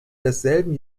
desselben